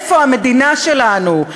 איפה המדינה שלנו?